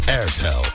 AirTel